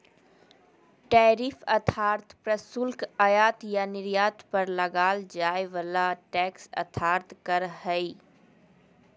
tariff अर्थात् प्रशुल्क आयात या निर्यात पर लगाल जाय वला टैक्स अर्थात् कर हइ